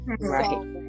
Right